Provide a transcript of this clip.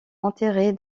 enterrée